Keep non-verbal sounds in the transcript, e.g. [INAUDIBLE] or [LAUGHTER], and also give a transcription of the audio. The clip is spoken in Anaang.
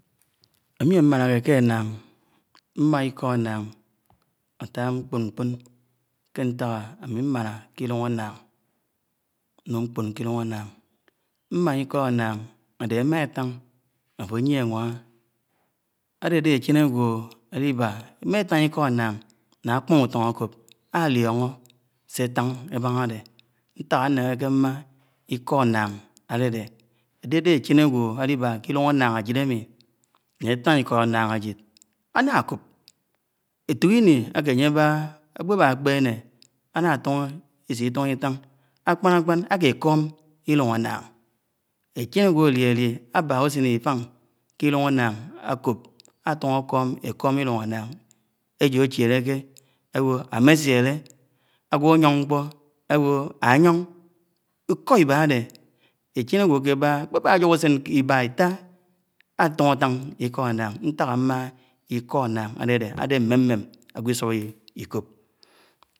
Ámi ámi mmanáke ké ánnáng, mmá Iḱo. ánnáng, áta ńkpḱpón ké ntak? ámi mañana. Ké ĺlung ánnang, núng nḱṕon ke ́llúng. ánnáng, mma íko ánmńg ádeh́e éma étan. áfo áyie éwaha, ádede éche ágwo, alib́a, éma étan iḱo ánnáng, ńah ákpóṉ. úto̱n áko̱p álio̱no̱ sé etan ebahá áde. nták ánehéké mma iḱo-annang ádedé ídede échon agwo̱ aliba ké llūng annang. ajid, ami la etan iko annang ajid. aláko̱p. [HESITATION] étúk iní aḱe ánye ab́ah́a. aḱpeb́a ákpéne ána átuho̱ esitótió. etan akpankpon ake ekom llung annang. ećhen ágwo álieli ábahá uchen Ifan. ke llúng ańnáng akop átuho̱ ákoḿ. lĺung ańnáng. ejo áchéléké ańye. áwo̱ ámech́ele agwo̱ áyon ńkpo áwo̱ aȳon ko̱ ib́ade, échen aǵwo áke. abaha, akpeba ajoho, usen iba, ita. átuho at́an iko̱ ánnáng, ńtak m̃maha. Ik̃o ánnáng ad́ed́e. adé mḿemém aǵwõ. iso̱p iḱo̱p.